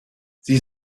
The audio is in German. sie